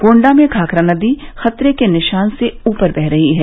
गोण्डा में घाघरा नदी खतरे के निशान से ऊपर बह रही है